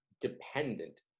dependent